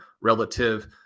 relative